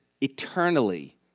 eternally